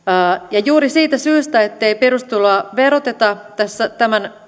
ja juuri siitä syystä ettei perustuloa veroteta tämän